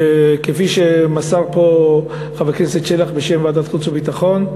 כפי שמסר פה חבר הכנסת שלח בשם ועדת החוץ והביטחון.